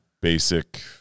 basic